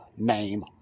Name